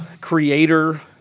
creator